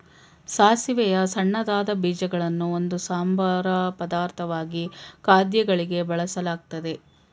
ಸಾಸಿವೆಯ ಸಣ್ಣದಾದ ಬೀಜಗಳನ್ನು ಒಂದು ಸಂಬಾರ ಪದಾರ್ಥವಾಗಿ ಖಾದ್ಯಗಳಿಗೆ ಬಳಸಲಾಗ್ತದೆ